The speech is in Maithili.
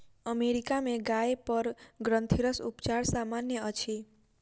अमेरिका में गाय पर ग्रंथिरस उपचार सामन्य अछि